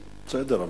בסדר,